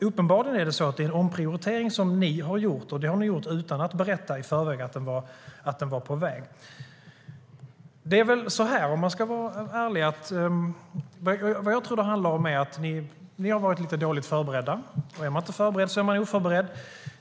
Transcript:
Uppenbarligen är det en omprioritering som ni har gjort, och det har ni gjort utan att berätta i förväg att den var på väg. Jag tror att det handlar om att ni har varit lite dåligt förberedda. Är man inte förberedd är man oförberedd.